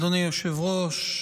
אדוני היושב-ראש,